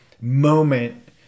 moment